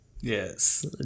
Yes